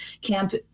camp